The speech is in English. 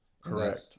correct